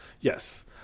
Yes